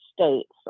states